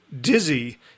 dizzy